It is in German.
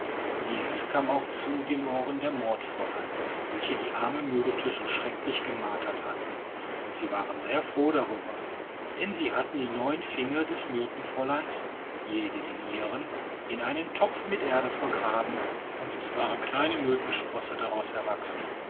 dieses kaum auch zu den ohren der mordfräulein welche die arme myrte so schrecklich gemartert hatten und sie waren sehr froh darüber denn sie hatten die neun finger des myrtenfräuleins jede den ihren in einen topf mit erde vergraben und es waren kleine myrtensprosse daraus erwachsen